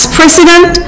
president